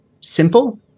simple